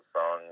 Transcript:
song